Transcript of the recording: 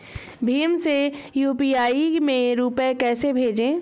भीम से यू.पी.आई में रूपए कैसे भेजें?